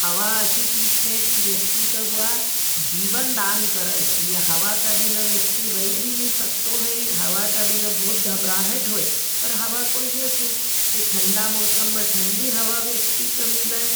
हवा अशी चीज़ है कि व्यक्ति का बहुत जीवन दान करें। हवा का बिना व्यक्ति रही भी नहीं सकतों हैं। हवा का बिना बहुत घब्राहट होईं। पर हवा को यह है कि थंडा मौसम में थंडी हवा व्यक्ति का मिलें।